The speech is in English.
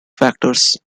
factors